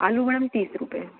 आलू मैडम तीस रुपये